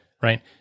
Right